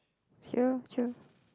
true true